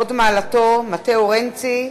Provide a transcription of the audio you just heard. הוד מעלתו מתאו רנצי,